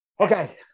Okay